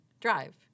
drive